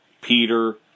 Peter